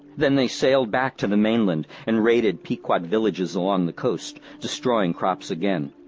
then they sailed back to the mainland and raided pequot villages along the coast, destroying crops again.